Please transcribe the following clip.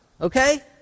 Okay